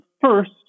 first